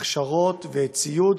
הכשרה וציוד.